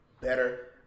better